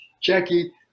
Jackie